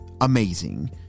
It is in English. amazing